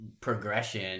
progression